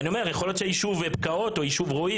יכול להיות שהיישוב בקעות או היישוב רועי